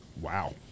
Wow